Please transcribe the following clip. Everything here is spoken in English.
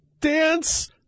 dance